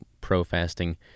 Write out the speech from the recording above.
pro-fasting